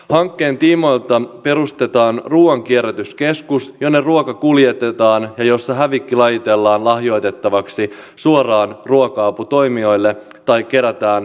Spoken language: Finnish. hankkeen tiimoilta perustetaan ruuan kierrätyskeskus jonne ruoka kuljetetaan ja jossa hävikki lajitellaan lahjoitettavaksi suoraan ruoka aputoimijoille tai kerätään ruokahävikkiravintolaan